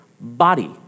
body